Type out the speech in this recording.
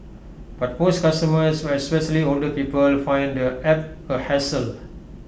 but most customers especially older people find the app A hassle